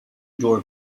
door